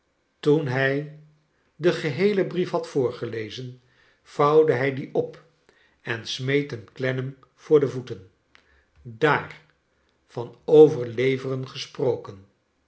toen hij den geheelen brief hlaj voorgelezen vouwde hij dien op en smeet hem clennam voor de voeten daar van overleveren gesprokem